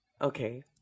Okay